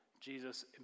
jesus